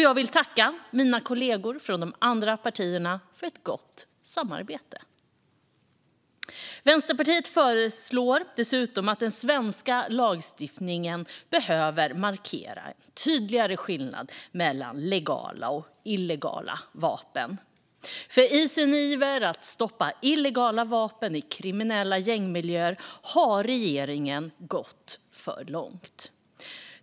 Jag vill tacka mina kollegor från de andra partierna för ett gott samarbete. Vänsterpartiet föreslår dessutom att den svenska lagstiftningen tydligare ska markera en tydligare skillnad mellan legala och illegala vapen. I sin iver att stoppa illegala vapen i kriminella gängmiljöer har regeringen gått för långt.